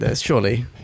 surely